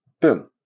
Boom